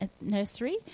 nursery